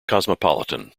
cosmopolitan